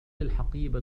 الحقيبة